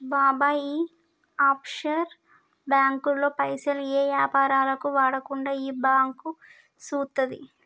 బాబాయ్ ఈ ఆఫ్షోర్ బాంకుల్లో పైసలు ఏ యాపారాలకు వాడకుండా ఈ బాంకు సూత్తది